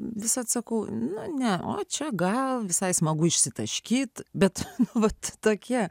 vis atsakau na ne o čia gal visai smagu išsitaškyti bet vat tokie